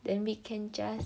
then we can just